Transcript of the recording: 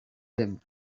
them